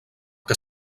que